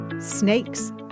Snakes